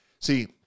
See